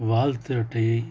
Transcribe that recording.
வாழ்த்து அட்டையை